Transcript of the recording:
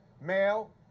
Male